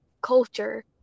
culture